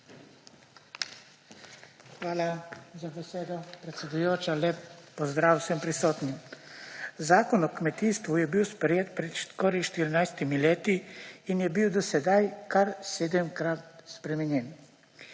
Hvala za besedo, predsedujoča. Lep pozdrav vsem prisotnim! Zakon o kmetijstvu je bil sprejet pred skoraj 14 leti in je bil do zdaj kar 7-krat spremenjen.